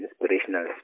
inspirational